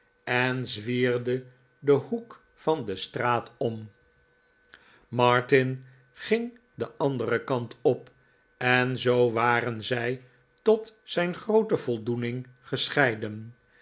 en zwierde den hoek van de straat om iets over het gevqel van eigenwaarde martin ging den anderen kant op en zoo waren zij tot zijn groote voldoening gescheiden